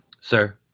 Sir